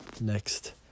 Next